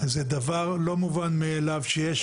זה דבר לא מובן מאליו שיש.